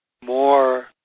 more